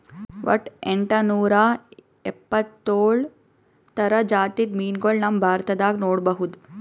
ವಟ್ಟ್ ಎಂಟನೂರಾ ಎಪ್ಪತ್ತೋಳ್ ಥರ ಜಾತಿದ್ ಮೀನ್ಗೊಳ್ ನಮ್ ಭಾರತದಾಗ್ ನೋಡ್ಬಹುದ್